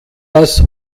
das